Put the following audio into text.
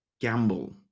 Gamble